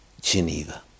Geneva